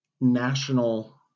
national